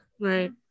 right